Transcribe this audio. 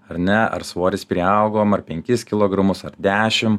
ar ne ar svoris priaugom penkis kilogramus ar dešim